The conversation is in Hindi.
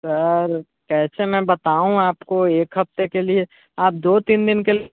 सर कैसे मैं बताऊं आपको एक हफ्ते के लिए आप दो तीन दिन के